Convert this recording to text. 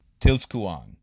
Tilskuan